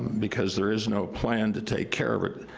because there is no plan to take care of it.